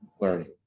learning